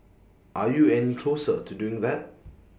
are you any closer to doing that